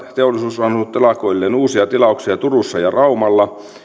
saanut telakoilleen uusia tilauksia turussa ja raumalla